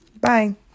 Bye